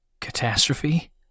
Catastrophe